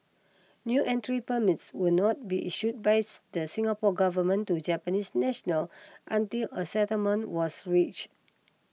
new entry permits would not be issued bys the Singapore Government to Japanese national until a settlement was reach